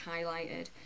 highlighted